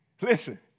Listen